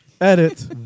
Edit